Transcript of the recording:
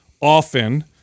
often